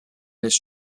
this